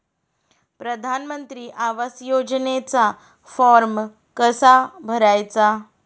प्रधानमंत्री आवास योजनेचा फॉर्म कसा भरायचा?